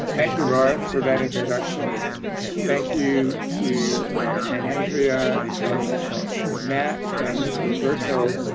thank you but for that introduction and thank you to andrea and matt, and roberto,